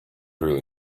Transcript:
really